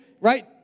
right